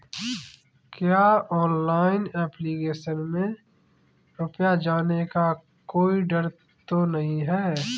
क्या online application में रुपया जाने का कोई डर तो नही है?